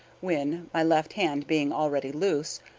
when, my left hand being already loose,